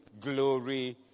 glory